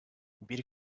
bir